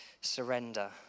surrender